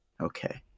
okay